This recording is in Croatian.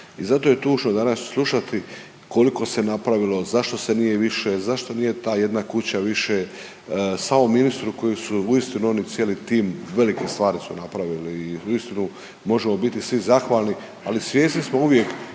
i zato je tužno danas slušati koliko se napravilo, zašto se nije više, zašto nije ta jedna kuća više, samom ministru koji su uistinu on i cijeli tim velike stvari su napravili, uistinu možemo biti svi zahvalni, ali svjesni smo uvijek